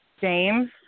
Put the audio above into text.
James